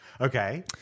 okay